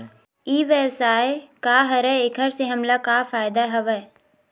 ई व्यवसाय का हरय एखर से हमला का फ़ायदा हवय?